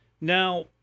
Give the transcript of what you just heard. Now